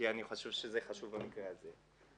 כי אני חושב שזה חשוב במקרה הזה.